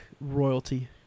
royalty